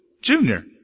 Junior